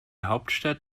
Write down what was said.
hauptstadt